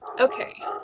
Okay